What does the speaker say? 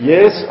Yes